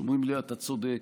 שאומרים לי: אתה צודק,